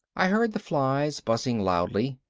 i heard the flies buzzing loudly.